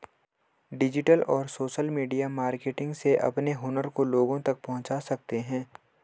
digital और social media marketing से अपने हुनर को लोगो तक पहुंचा सकते है